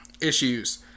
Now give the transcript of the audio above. Issues